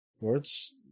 Words